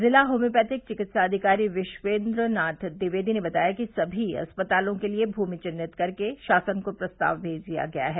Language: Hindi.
जिला होम्योपैथिक चिकित्साधिकारी विश्वेन्द्रनाथ द्विवेदी ने बताया कि सभी अस्पतालों के लिए भूमि चिन्हित कर के शासन को प्रस्ताव भेज दिया गया है